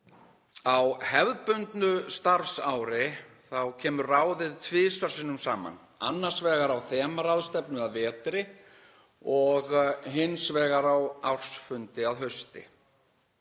Á hefðbundnu starfsári kemur ráðið tvisvar sinnum saman, annars vegar á þemaráðstefnu að vetri og hins vegar á ársfundi að hausti.